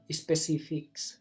specifics